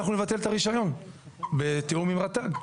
אנחנו נבטל את הרישיון בתיאום עם רט"ג.